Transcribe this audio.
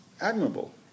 admirable